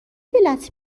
دلت